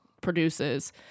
produces